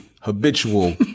habitual